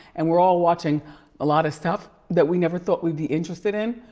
and we're all watching a lot of stuff that we never thought we'd be interested in,